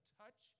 touch